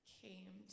came